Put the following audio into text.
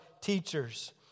teachers